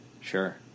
sure